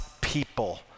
people